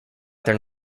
their